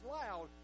loud